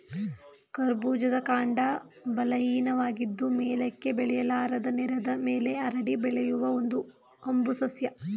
ಕರ್ಬೂಜದ ಕಾಂಡ ಬಲಹೀನವಾಗಿದ್ದು ಮೇಲಕ್ಕೆ ಬೆಳೆಯಲಾರದು ನೆಲದ ಮೇಲೆ ಹರಡಿ ಬೆಳೆಯುವ ಒಂದು ಹಂಬು ಸಸ್ಯ